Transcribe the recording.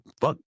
fuck